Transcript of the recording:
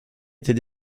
était